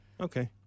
Okay